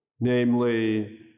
namely